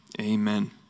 Amen